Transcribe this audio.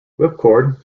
whipcord